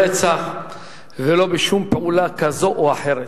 לא ברצח ולא בשום פעולה כזו או אחרת.